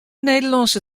nederlânske